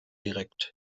direkt